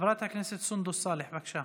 חברת הכנסת סונדוס סאלח, בבקשה.